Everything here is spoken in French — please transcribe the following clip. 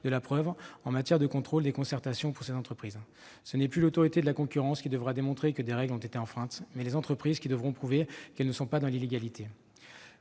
de la preuve en matière de contrôle des concentrations pour ces entreprises. Ce n'est plus l'Autorité de la concurrence qui devra démontrer que des règles ont été enfreintes, ce sont les entreprises qui devront prouver qu'elles ne sont pas dans l'illégalité.